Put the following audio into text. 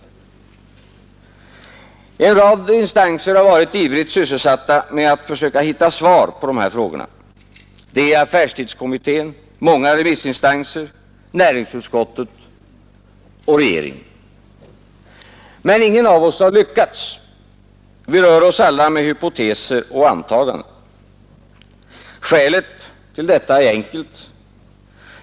En rad instanser har varit ivrigt sysselsatta med att försöka hitta svar på de här frågorna: det är affärstidskommittén, många remissinstanser, näringsutskottet och regeringen. Men ingen av oss har lyckats. Vi rör oss alla med hypoteser och antaganden. Skälet till detta är enkelt.